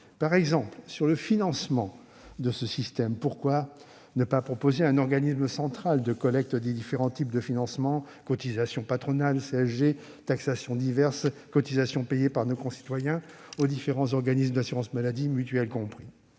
par exemple, au financement de ce système : pourquoi ne pas proposer un organisme central de collecte des différents types de financement- cotisations patronales, CSG, taxations diverses, cotisations payées par nos concitoyens aux différents organismes d'assurance maladie, mutuelles comprises